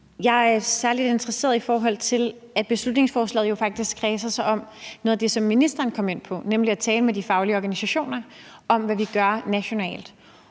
Jeg er særlig interesseret i det med, at beslutningsforslaget jo faktisk kredser om noget af det, som ministeren kom ind på, nemlig at tale med de faglige organisationer om, hvad vi gør nationalt.